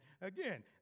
again